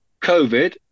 COVID